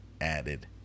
added